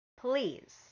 please